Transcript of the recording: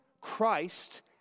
Christ